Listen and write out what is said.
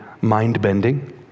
mind-bending